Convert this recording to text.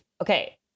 okay